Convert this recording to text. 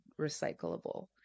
recyclable